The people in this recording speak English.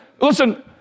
listen